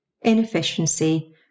inefficiency